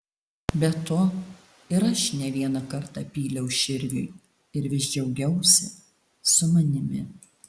be to ir aš ne vieną kartą pyliau širviui ir vis džiaugiausi su manimi